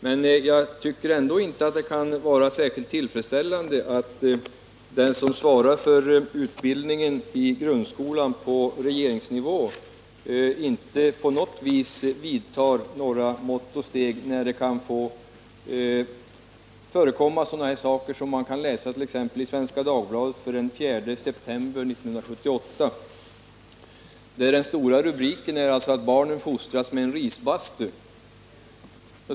Men jag tycker ändå inte att det kan vara särskilt tillfredsställande att den som på regeringsnivå svarar för utbildningen i grundskolan inte på något vis vidtar några mått och steg när det förekommer sådana saker som man kan läsa om i t.ex. Svenska Dagbladet den 4 september 1978. Den stora rubriken är ”Barnen fostras med en risbastu”.